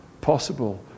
possible